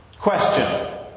Question